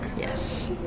Yes